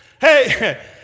Hey